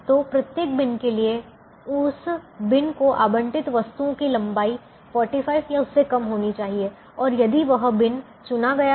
तो प्रत्येक बिन के लिए उस बिन को आवंटित वस्तुओं की लंबाई 45 या उससे कम होनी चाहिए और यदि वह बिन चुना गया है